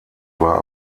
war